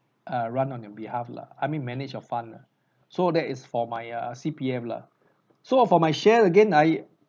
uh run on your behalf lah I mean manage your fund lah so that is for my err C_P_F lah so for my share again I